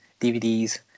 DVDs